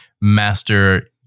master